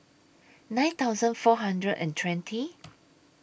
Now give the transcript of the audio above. nine thousand four hundred and twenty